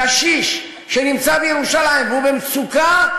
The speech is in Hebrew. קשיש שנמצא בירושלים והוא במצוקה,